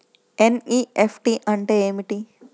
NEFT అంటే ఏమిటి?